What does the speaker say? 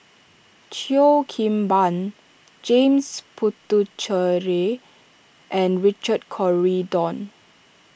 Cheo Kim Ban James Puthucheary and Richard Corridon